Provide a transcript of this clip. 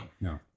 no